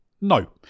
No